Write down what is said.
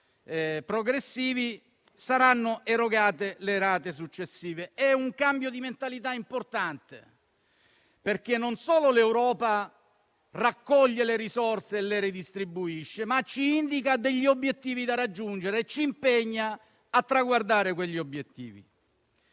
progressivi saranno erogate le rate successive. È un cambio di mentalità importante, perché non solo l'Europa raccoglie le risorse e le redistribuisce, ma ci indica gli obiettivi da raggiungere e ci impegna a traguardarli. Voglio dire